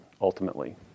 ultimately